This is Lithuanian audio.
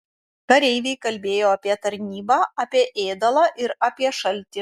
kareiviai kalbėjo apie tarnybą apie ėdalą ir apie šaltį